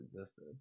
existed